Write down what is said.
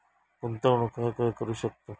गुंतवणूक खय खय करू शकतव?